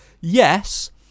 Yes